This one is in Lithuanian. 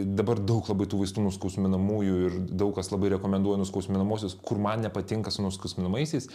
dabar daug labai tų vaistų nuskausminamųjų ir daug kas labai rekomenduoja nuskausminamuosius kur man nepatinka su nuskausminamaisiais